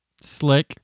slick